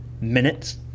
minutes